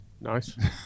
nice